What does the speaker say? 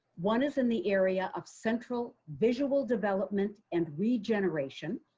one is in the area of central visual development and regeneration,